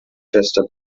fester